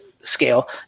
scale